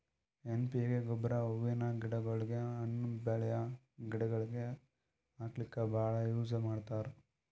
N P K ಗೊಬ್ಬರ್ ಹೂವಿನ್ ಗಿಡಗೋಳಿಗ್, ಹಣ್ಣ್ ಬೆಳ್ಯಾ ಗಿಡಗೋಳಿಗ್ ಹಾಕ್ಲಕ್ಕ್ ಭಾಳ್ ಯೂಸ್ ಮಾಡ್ತರ್